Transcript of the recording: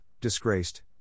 Disgraced